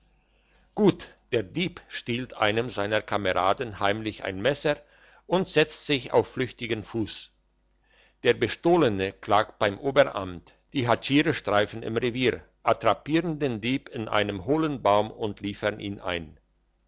gut der dieb stiehlt einem seiner kameraden heimlich ein messer und setzt sich auf flüchtigen fuss der bestohlene klagt beim oberamt die hatschiere streifen im revier attrapieren den dieb in einem hohlen baum und liefern ihn ein